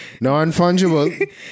non-fungible